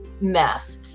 mess